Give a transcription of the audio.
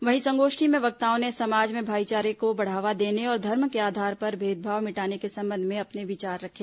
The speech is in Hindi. वहीं संगोष्ठी में वक्ताओं ने समाज में भाईचारे को बढ़ावा देने और धर्म के आधार पर भेदभाव मिटाने के संबंध में अपने विचार रखे